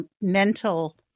mental